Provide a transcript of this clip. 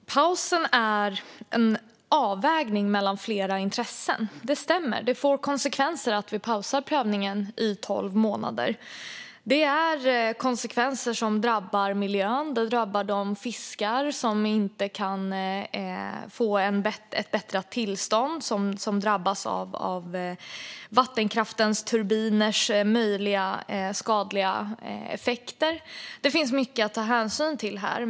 Fru talman! Pausen är en avvägning mellan flera intressen. Det stämmer att det får konsekvenser att vi pausar prövningen i tolv månader. Det är konsekvenser som drabbar miljön. Det drabbar de fiskar som inte kan få ett förbättrat tillstånd och drabbas av vattenkraftens turbiners möjliga skadliga effekter. Det finns mycket att ta hänsyn till här.